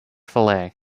fillet